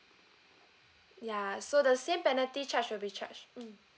ya so the same penalty charge will be charged mm